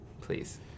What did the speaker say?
please